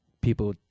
people